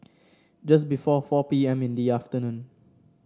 just before four P M in the afternoon